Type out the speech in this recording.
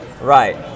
Right